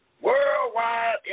Worldwide